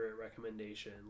recommendation